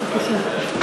התקציב הוא באמת לא פשוט,